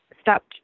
stopped